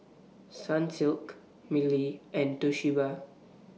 Sunsilk Mili and Toshiba